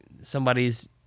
somebody's